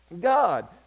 God